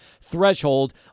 threshold